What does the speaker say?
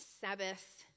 Sabbath